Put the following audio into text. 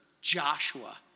Joshua